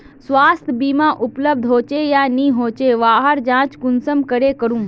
स्वास्थ्य बीमा उपलब्ध होचे या नी होचे वहार जाँच कुंसम करे करूम?